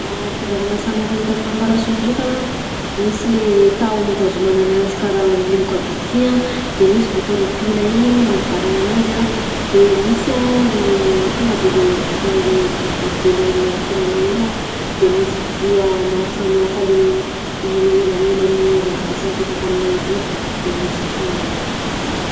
Fizarana samihafa hita amina parasolo ndreka a misy le tahony itazomana ananjy karaha miloka bitika iny de misy botongna pihana iny mampibarana ananjy de misy a tonga de le vantany le boribory be le miaro tenanao iny a de misy vy a maro samihafa le le ilaminan'ny labasy mipetaka aminanjy iny de misy tragnony.